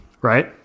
right